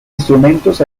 instrumentos